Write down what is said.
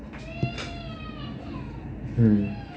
mm